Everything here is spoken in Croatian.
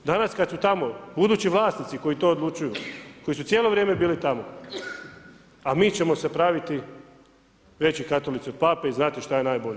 Danas kad su tamo budući vlasnici koji to odlučuju, koji su cijelo vrijeme bili tamo, a mi ćemo se praviti veći katolici od Pape i znati što je najbolje.